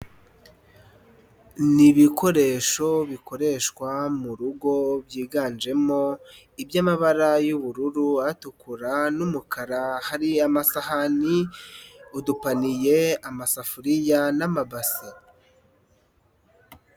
Ni ibikoresho bikoreshwa mu rugo, byiganjemo iby'amabara y'ubururu, atukura, n'umukara. Hari amasahani, udupaniye, amasafuriya n'amabase.